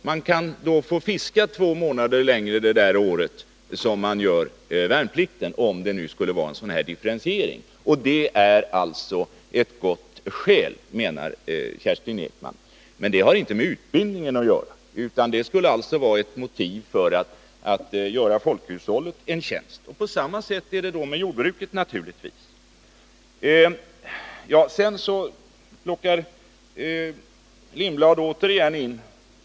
Man kan alltså få fiska två månader längre det år man gör värnplikten - om det skulle bli en differentiering. Kerstin Ekman menar således att det är ett gott skäl. Men det har inte med utbildningen att göra. Motivet för kortare värnpliktsutbildning skulle vara att göra folkhushållet en tjänst. På samma sätt förhåller det sig naturligtvis med jordbruket.